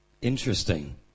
Interesting